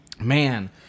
man